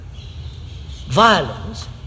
violence